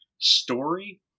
story